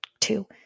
two